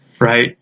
Right